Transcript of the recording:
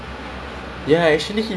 ya ya damn